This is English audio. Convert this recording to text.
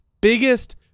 biggest